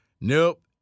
Nope